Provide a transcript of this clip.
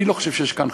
אני לא חושב שיש כאן,